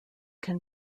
can